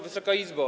Wysoka Izbo!